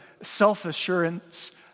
self-assurance